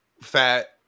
Fat